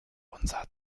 unser